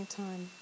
time